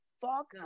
fuck